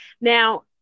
Now